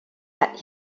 had